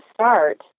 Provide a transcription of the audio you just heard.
start